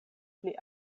pli